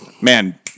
Man